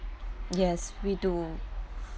yes we do